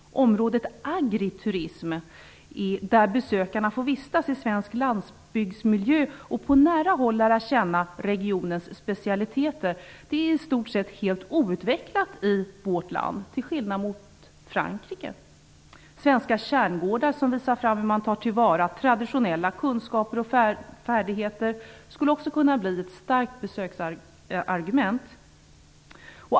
Området agriturism, där besökarna får vistas i svensk landsbygdsmiljö och på nära håll lära känna regionens specialiteter, är i stort sett helt outvecklat i vårt land, till skillnad mot Frankrike. Svenska kärngårdar som visar fram hur man tar till vara traditionella kunskaper och färdigheter skulle också kunna bli ett starkt besöksargument.